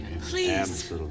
Please